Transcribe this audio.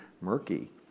murky